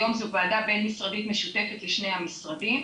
היום זו ועדה בין משרדית משותפת לשני המשרדים,